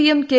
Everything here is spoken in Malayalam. പി യും കെ